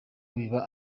biba